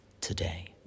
today